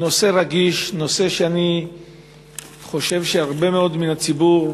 נושא רגיש, נושא שאני חושב שהרבה מאוד מן הציבור